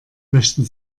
möchten